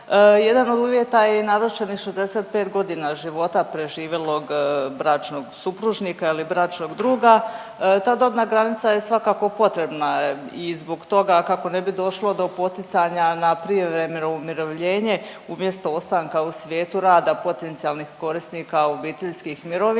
Jedan od uvjeta je i navršenih 65.g. života preživjelog bračnog supružnika ili bračnog druga. Ta dobna granica je svakako potrebna i zbog toga kako ne bi došlo do poticanja na prijevremeno umirovljenje umjesto ostanka u svijetu rada potencijalnih korisnika obiteljskih mirovina,